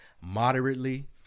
moderately